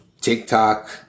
TikTok